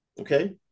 okay